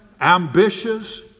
ambitious